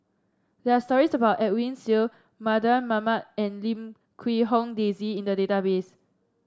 there are stories about Edwin Siew Mardan Mamat and Lim Quee Hong Daisy in the database